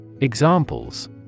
Examples